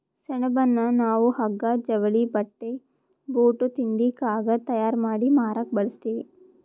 ಸೆಣಬನ್ನ ನಾವ್ ಹಗ್ಗಾ ಜವಳಿ ಬಟ್ಟಿ ಬೂಟ್ ತಿಂಡಿ ಕಾಗದ್ ತಯಾರ್ ಮಾಡಿ ಮಾರಕ್ ಬಳಸ್ತೀವಿ